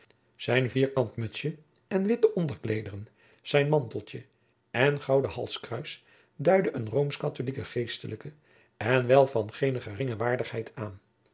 zijn vierkant mutsje en witte onderkleederen zijn manteltje en gouden halskruis duidde een roomsch katholijken geestelijken en wel van geene geringe waardigheid aan